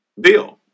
bill